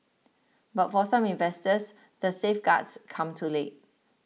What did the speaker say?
but for some investors the safeguards come too late